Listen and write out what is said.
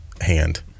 hand